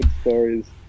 stories